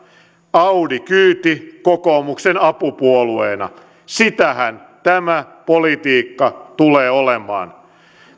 audi kyyti kokoomuksen apupuolueena sitähän tämä politiikka tulee olemaan